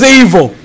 evil